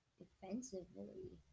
defensively